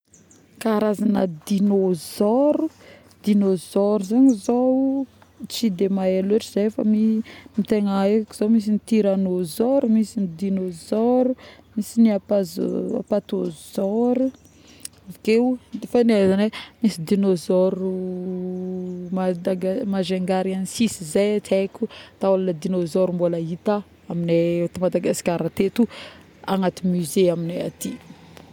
karazagna dinôzôro dinôzôro zagny Zao tsy de mahay lôtra zahay fa mi tegna aiko zao tiranozor ,misy dinosaure, misy apoz patôzôro, avy keo fa ny ahaizagnay misy dinôzôro madaga majungarinsis zay tsy aiko taolagna dinôzôro mbola hita aminay eto Madagasikara teto agnaty musé aminay aty